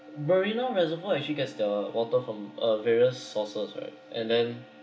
marina reservoir actually gets the water from uh various sources right and then